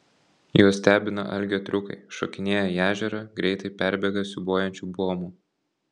juos stebina algio triukai šokinėja į ežerą greitai perbėga siūbuojančiu buomu